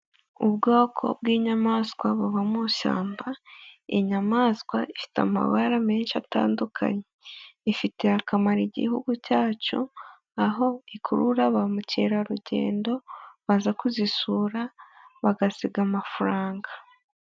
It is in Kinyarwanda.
Ubwoko bw'inyamaswa buba mu ishyamba, inyamaswa ifite amabara menshi atandukanye, ifitiye akamaro igihugu cyacu, aho ikurura ba mukerarugendo, baza kuzisura, bagasiga amafaranga.